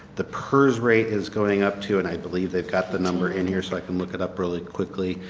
the purs rate is going up to, and i believe they got the number in here so i can look it up really quickly,